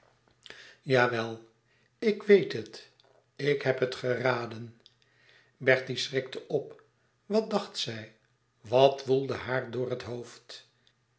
jawel ik weet het ik heb het geraden bertie schrikte op wat dacht zij wat woelde haar door het hoofd